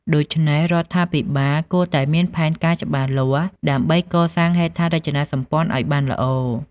ដូច្នេះ រដ្ឋាភិបាលគួរតែមានផែនការច្បាស់លាស់ ដើម្បីកសាងហេដ្ឋារចនាសម្ព័ន្ធឱ្យបានល្អ។